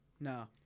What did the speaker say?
No